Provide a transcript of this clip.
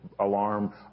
alarm